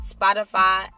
Spotify